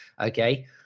okay